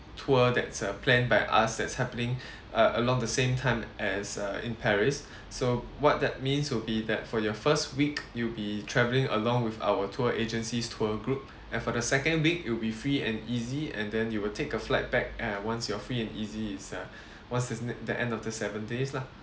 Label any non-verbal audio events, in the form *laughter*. tour that's uh plan by us that's happening *breath* uh along the same time as uh in paris so what that means will be that for your first week you'll be travelling along with our tour agencies tour group and for the second week you'll be free and easy and then you will take a flight back eh once you're free and easy is uh once s~ the end of the seven days lah